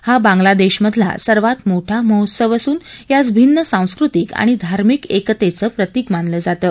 हा बांगलादेशमधला सर्वात मोठा महोत्सव असून यास भिन्न सांस्कृतिक आणि धार्मिक एकतेचं प्रतीक मानलं जातं